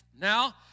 Now